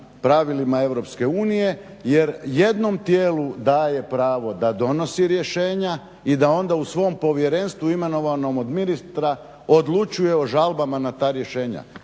pravilima EU jer jednom tijelu daje pravo da donosi rješenja i da onda u svom povjerenstvu imenovanom od Ministra odlučuje o žalbama na ta rješenja.